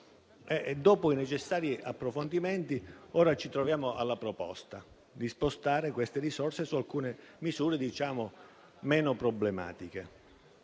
Dopo i necessari approfondimenti, ora ci troviamo alla proposta di spostare queste risorse su alcune misure meno problematiche,